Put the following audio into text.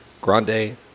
Grande